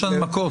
יש הנמקות.